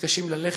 מתקשים ללכת,